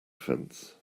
fence